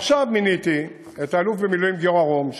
עכשיו מיניתי את האלוף במילואים גיורא רום,